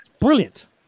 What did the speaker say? brilliant